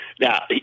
Now